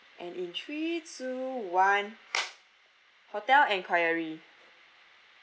and in three two one hotel enquiry